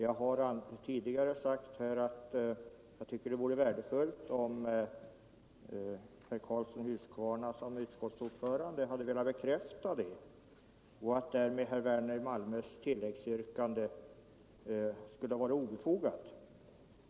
Jag har tidigare sagt här att det vore värdefullt om herr Karlsson i Huskvarna som utskottsordförande hade velat bekräfta = Nr 109 att det förhåller sig på detta sätt och att därmed herr Werners i Malmö Onsdagen den tilläggsyrkande skulle vara obefogat.